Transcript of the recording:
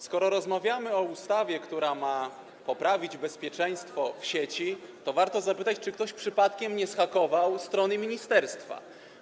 Skoro rozmawiamy o ustawie, która ma poprawić bezpieczeństwo w sieci, to warto zapytać, czy ktoś przypadkiem nie zhakował strony ministerstwa.